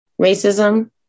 racism